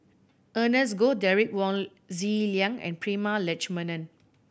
Ernest Goh Derek Wong Zi Liang and Prema Letchumanan